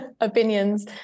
opinions